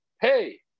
Hey